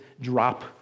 drop